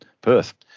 Perth